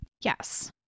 Yes